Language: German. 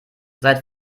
seit